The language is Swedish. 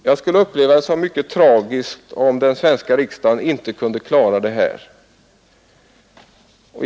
Jag skulle uppleva det som mycket tragiskt om den svenska riksdagen inte kunde klara detta.